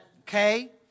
Okay